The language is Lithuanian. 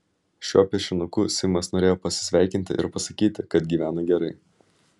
šiuo piešinuku simas norėjo pasisveikinti ir pasakyti kad gyvena gerai